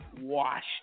Washed